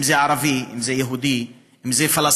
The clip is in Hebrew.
אם זה ערבי, אם זה יהודי, אם זה פלסטיני.